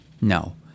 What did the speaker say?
No